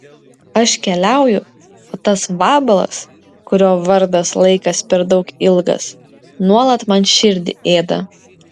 aš keliauju o tas vabalas kurio vardas laikas per daug ilgas nuolat man širdį ėda